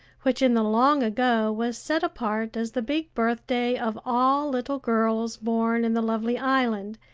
which in the long ago was set apart as the big birthday of all little girls born in the lovely island,